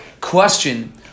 question